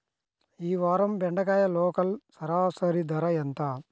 ఈ వారం బెండకాయ లోకల్ సరాసరి ధర ఎంత?